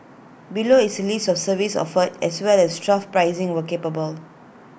below is A list of services offered as well as trough pricing where capable